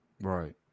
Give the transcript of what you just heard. Right